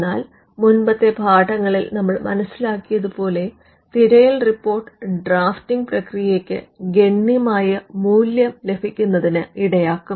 എന്നാൽ മുമ്പത്തെ പാഠങ്ങളിൽ നമ്മൾ മനസ്സലാക്കിയത് പോലെ തിരയൽ റിപ്പോർട്ട് ഡ്രാഫ്റ്റിംഗ് പ്രക്രിയക്ക് ഗണ്യമായ മൂല്യം ലഭിക്കുന്നതിനിടയാക്കും